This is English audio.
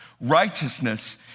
Righteousness